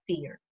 fear